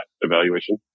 evaluation